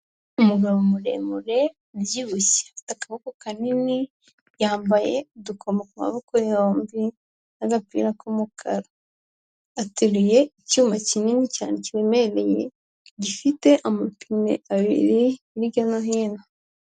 Umugabo muremure ubyibushye, ufite akaboko kanini, yambaye udukomo ku maboko yombi n'agapira k'umukara, ateruye icyuma kinini cyane kiremereye gifite amapine abiri hirya no hino.